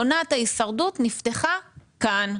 עונת ההישרדות נפתחה כאן.